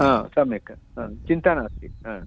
हा सम्यक् चिन्ता नास्ति ह